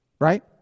Right